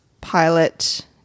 pilot